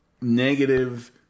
negative